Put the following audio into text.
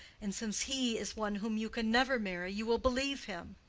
and since he is one whom you can never marry, you will believe him.